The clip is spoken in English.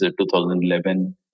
2011